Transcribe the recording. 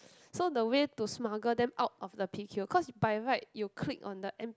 so the way to smuggle them out of the p_q cause by right you click on the M